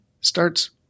starts